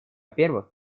первых